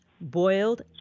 boiled